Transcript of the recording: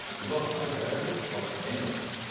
the block size variable helps with indexing.